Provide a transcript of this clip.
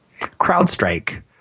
CrowdStrike